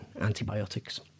antibiotics